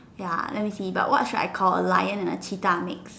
ya let me see but what should I call a lion or a cheetah mix